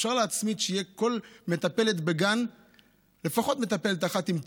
אפשר להצמיד, שבגן תהיה לפחות מטפלת אחת עם תעודה,